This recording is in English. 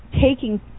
taking